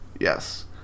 Yes